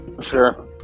sure